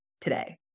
today